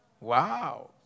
Wow